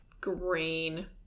green